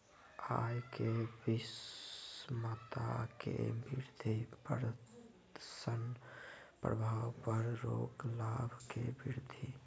आय के विषमता में वृद्धि प्रदर्शन प्रभाव पर रोक लाभ में वृद्धि